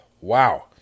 Wow